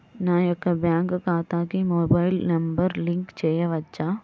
నా యొక్క బ్యాంక్ ఖాతాకి మొబైల్ నంబర్ లింక్ చేయవచ్చా?